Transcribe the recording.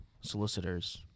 solicitors